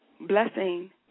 blessing